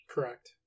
Correct